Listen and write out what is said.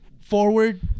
forward